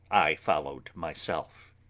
i followed, myself.